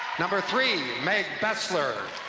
number three, meg besler.